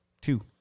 two